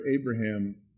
Abraham